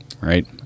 right